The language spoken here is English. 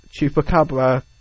Chupacabra